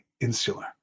insular